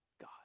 God